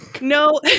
No